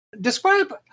Describe